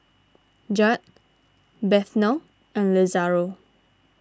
Judd Bethel and Lazaro